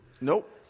Nope